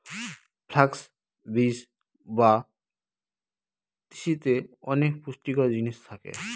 flux বীজ বা তিসিতে অনেক পুষ্টিকর জিনিস থাকে